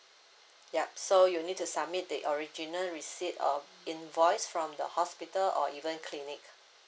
yup so you need to submit the original receipt or invoice from the hospital or even clinic